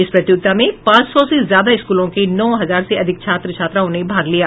इस प्रतियोगिता में पांच सौ से ज्यादा स्कूलों के नौ हजार से अधिक छात्र छात्राओं ने भाग लिया